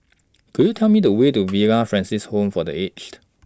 Could YOU Tell Me The Way to Villa Francis Home For The Aged